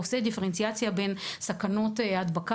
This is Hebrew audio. הוא גם עושה דיפרנציאציה בין סכנות הדבקה